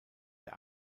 der